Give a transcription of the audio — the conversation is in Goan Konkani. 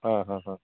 आं आं आं